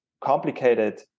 complicated